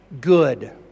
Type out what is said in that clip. good